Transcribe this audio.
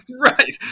Right